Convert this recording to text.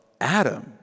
Adam